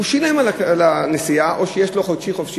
הוא שילם על הנסיעה או שיש לו "חודשי-חופשי".